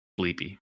bleepy